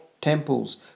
temples